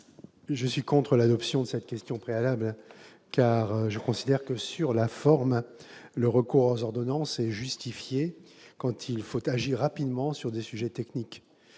tendant à opposer la question préalable, car je considère que, sur la forme, le recours aux ordonnances est justifié quand il faut agir rapidement sur des sujets techniques.